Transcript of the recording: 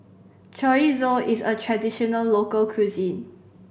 chorizo is a traditional local cuisine